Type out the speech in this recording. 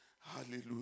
Hallelujah